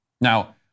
Now